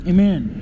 Amen